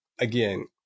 again